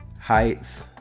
heights